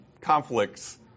conflicts